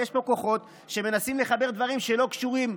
יש פה כוחות שמנסים לחבר דברים שלא קשורים.